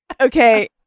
Okay